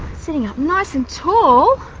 sitting up nice and tall,